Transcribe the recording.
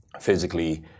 physically